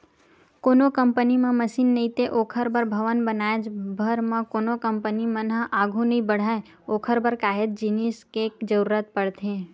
कोनो कंपनी म मसीन नइते ओखर बर भवन बनाएच भर म कोनो कंपनी मन ह आघू नइ बड़हय ओखर बर काहेच जिनिस के जरुरत पड़थे